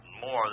more